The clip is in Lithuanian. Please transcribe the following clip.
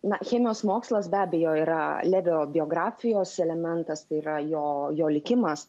na chemijos mokslas be abejo yra levio biografijos elementas tai yra jo jo likimas